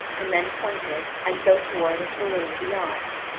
and then pointed, as though toward a saloon beyond.